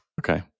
Okay